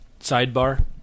Sidebar